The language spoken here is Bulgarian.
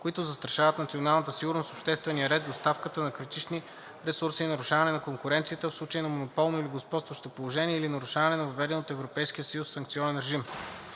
които застрашават националната сигурност, обществения ред, доставката на критични ресурси, нарушаване на конкуренцията, в случай на монополно или господстващо положение или нарушаване на въведен от Европейския съюз санкционен режим.